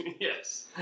Yes